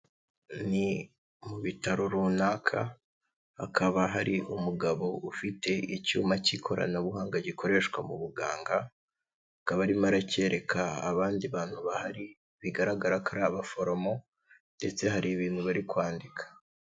Ni mu bitaro runaka hakaba hari umugabo ufite icyuma cy'ikoranabuhanga gikoreshwa mu buganga, akaba arimo arakereka abandi bantu bahari bigaragara ko ari abaforomo ndetse hari ibintu bari kwandika.